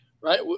right